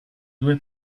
due